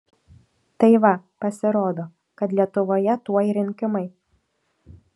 tai va pasirodo kad lietuvoje tuoj rinkimai